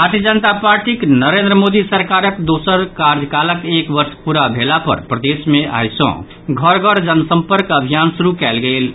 भारतीय जनता पार्टीक नरेन्द्र मोदी सरकारक दोसर कार्यकालक एक वर्ष पूरा भेला पर प्रदेश मे आइ सँ घर घर जनसम्पर्क अभियान शुरू कयल गेल अछि